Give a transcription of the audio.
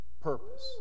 purpose